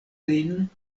lin